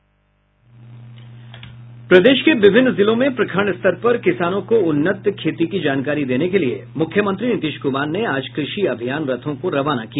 प्रदेश के विभिन्न जिलों में प्रखंड स्तर पर किसानों को उन्नत खेती की जानकारी देने के लिए मुख्यमंत्री नीतीश कुमार ने आज कृषि अभियान रथों को रवाना किया